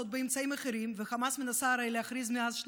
וחציין בעצם, המס שנקבע,